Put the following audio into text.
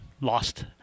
lost